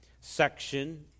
section